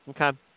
Okay